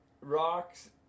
rocks